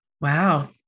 Wow